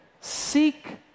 seek